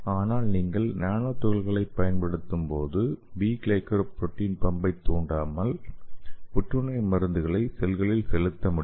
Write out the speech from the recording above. ஆனால் நீங்கள் நானோ துகள்களைப் பயன்படுத்தும்போது பி கிளைகோபுரோட்டீன் பம்பைத் தூண்டாமல் புற்றுநோய் மருந்துகளை செல்களில் செலுத்த முடியும்